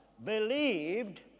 Believed